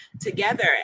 together